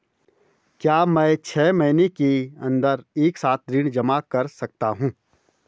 क्या मैं छः महीने के अन्दर एक साथ ऋण जमा कर सकता हूँ?